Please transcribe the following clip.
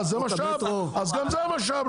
גם זה משאב.